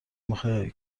میخای